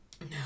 No